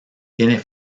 tiene